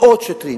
מאות שוטרים,